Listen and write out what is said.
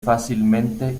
fácilmente